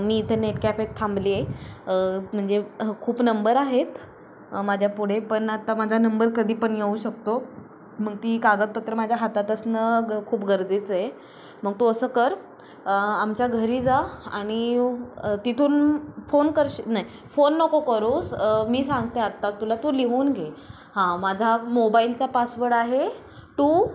मी इथं नेट कॅफेत थांबली आहे म्हणजे खूप नंबर आहेत अ माझ्या पुढे पण आत्ता माझा नंबर कधी पण येऊ शकतो मग ती कागदपत्रं माझ्या हातात असणं ग खूप गरजेचं आहे मग तू असं कर आमच्या घरी जा आणि तिथून फोन कर नाही फोन नको करूस मी सांगते आत्ता तुला तू लिहून घे हां माझा मोबाईलचा पासवड आहे टू